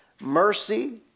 mercy